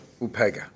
Upega